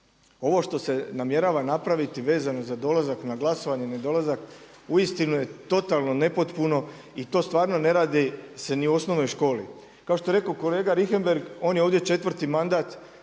Ovo što se namjerava napraviti vezano za dolazak na glasovanje, ne dolazak, uistinu je totalno nepotpuno i to stvarno ne radi se ni u osnovnoj školi. Kao što je rekao kolega Richembergh, on je ovdje 4. mandat